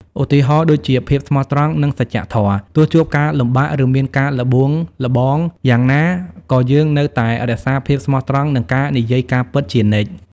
ឧទាហរណ៍ដូចជា ភាពស្មោះត្រង់ និងសច្ចៈធម៌ ទោះជួបការលំបាក ឬមានការល្បួងល្បងយ៉ាងណា ក៏យើងនៅតែរក្សាភាពស្មោះត្រង់ និងនិយាយការពិតជានិច្ច។